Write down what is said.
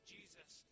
Jesus